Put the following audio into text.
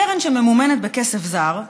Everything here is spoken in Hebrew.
קרן שממומנת בכסף זר,